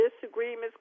disagreements